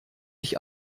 ich